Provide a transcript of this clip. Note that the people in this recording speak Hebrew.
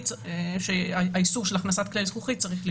צריך להיות שלט האוסר על הכנסת כלי זכוכית.